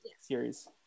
series